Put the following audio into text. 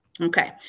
okay